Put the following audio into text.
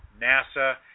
NASA